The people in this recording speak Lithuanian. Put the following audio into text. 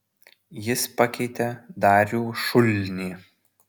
jis pakeitė darių šulnį